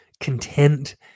content